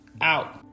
out